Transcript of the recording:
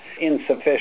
insufficient